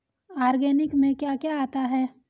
Organic में क्या क्या आता है?